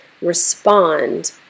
respond